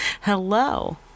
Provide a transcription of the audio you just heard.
hello